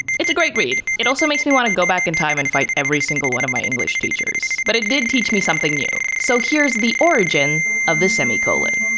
it's a great read. it also makes me wanna go back in time and fight every single one of my english teachers. but it did teach me something new. so here's the origin of the semi-colon.